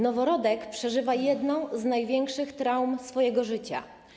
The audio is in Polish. Noworodek przeżywa jedną z największych traum swojego życia.